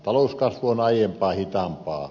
talouskasvu on aiempaa hitaampaa